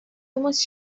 must